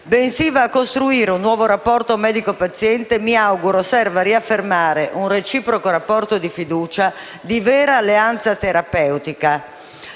bensì va a costruire un nuovo rapporto medico-paziente che mi auguro serva a riaffermare un reciproco rapporto di fiducia e di vera alleanza terapeutica,